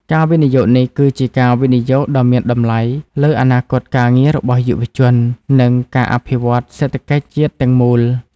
ការវិនិយោគនេះគឺជាការវិនិយោគដ៏មានតម្លៃលើអនាគតការងាររបស់យុវជន និងការអភិវឌ្ឍសេដ្ឋកិច្ចជាតិទាំងមូល។